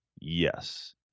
Yes